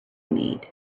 need